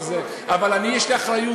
אבל לי יש אחריות.